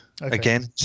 again